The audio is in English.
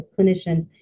clinicians